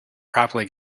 properly